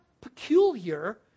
peculiar